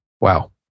Wow